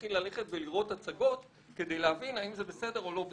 להתחיל ללכת ולראות הצגות כדי להבין האם זה בסדר או לא בסדר.